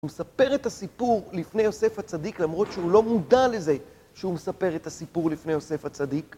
הוא מספר את הסיפור לפני יוסף הצדיק למרות שהוא לא מודע לזה שהוא מספר את הסיפור לפני יוסף הצדיק